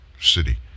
city